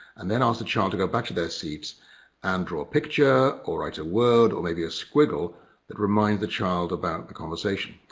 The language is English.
and then ask the child to go back to their seats and draw a picture or write a word, or maybe a squiggle that reminds the child about the conversation.